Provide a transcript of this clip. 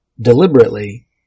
deliberately